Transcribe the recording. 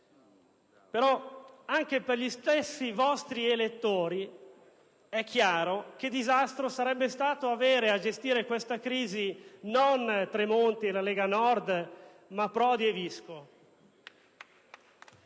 così. Anche per gli stessi vostri elettori, però, è chiaro quale disastro sarebbe stato avere a gestire questa crisi non Tremonti o la Lega Nord, ma Prodi e Visco